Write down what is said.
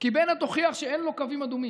כי בנט הוכיח שאין לו קווים אדומים.